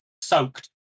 soaked